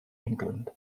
england